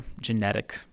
genetic